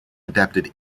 adapted